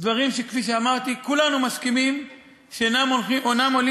דברים שכפי שאמרתי כולנו מסכימים שאינם עולים